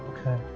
okay